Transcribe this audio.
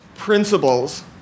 Principles